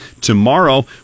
Tomorrow